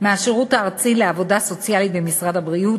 מהשירות הארצי לעבודה סוציאלית במשרד הבריאות,